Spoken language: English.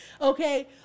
Okay